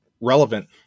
relevant